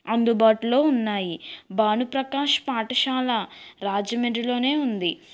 అందుబాటులో ఉన్నాయి భాను ప్రకాష్ పాఠశాల రాజమండ్రిలోనే ఉంది